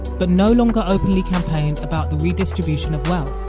but no longer openly campaigned about the redistribution of wealth.